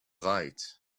right